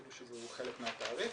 אפילו שזהו חלק מהתעריף.